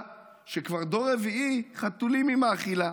/ שכבר דור רביעי חתולים היא מאכילה.